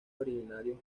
originarios